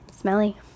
smelly